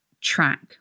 track